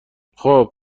خوب